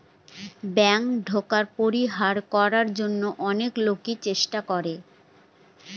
bank tax পরিহার করার জন্য অনেক লোকই চেষ্টা করে